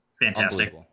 Fantastic